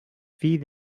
fill